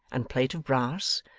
and plate of brass,